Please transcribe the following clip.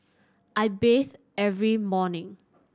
I bathe every morning